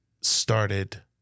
started